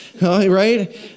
Right